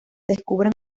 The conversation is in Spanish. descubren